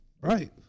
Right